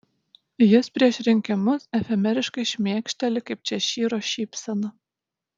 jis prieš rinkimus efemeriškai šmėkšteli kaip češyro šypsena